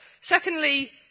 Secondly